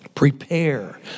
Prepare